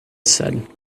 said